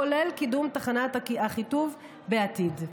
כולל קידום תחנת אחיטוב בעתיד.